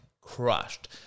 crushed